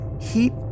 heat